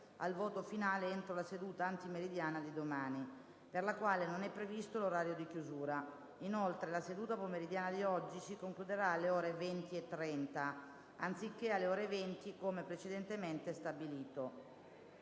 al voto finale entro la seduta antimeridiana di domani, per la quale non è previsto l'orario di chiusura. Inoltre, la seduta pomeridiana di oggi si concluderà alle ore 20,30, anziché alle ore 20 come precedentemente stabilito.